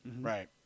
Right